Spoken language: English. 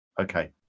Okay